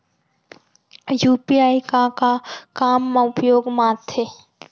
UPI का का काम मा उपयोग मा आथे?